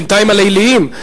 בינתיים הליליים.